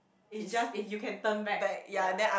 is just if you can turn back ya